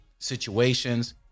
situations